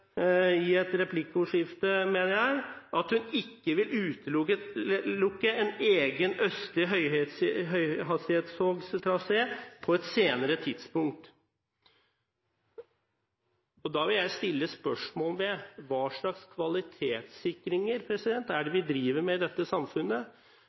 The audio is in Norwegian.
i et replikkordskifte – mener jeg – at hun ikke vil utelukke en egen østlig høyhastighetstrasé på et senere tidspunkt. Da vil jeg stille spørsmål ved hva slags kvalitetssikringer det er